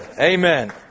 Amen